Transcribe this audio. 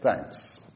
thanks